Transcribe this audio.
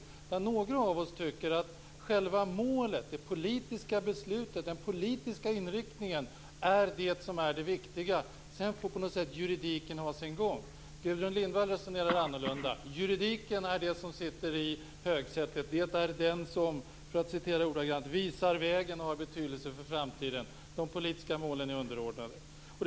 Där tycker några av oss att själva målet, det politiska beslutet, den politiska inriktningen, är det som är det viktiga. Sedan får på något sätt juridiken ha sin gång. Gudrun Lindvall resonerar annorlunda. Juridiken är det som sitter i högsätet. Det är den som, för att citera ordagrant, visar vägen och har betydelse för framtiden. De politiska målen är underordnade.